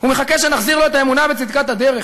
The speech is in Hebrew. הוא מחכה שנחזיר לו את האמונה בצדקת הדרך.